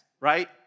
right